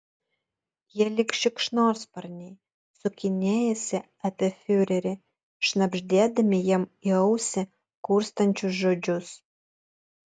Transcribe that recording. jie lyg šikšnosparniai sukinėjasi apie fiurerį šnabždėdami jam į ausį kurstančius žodžius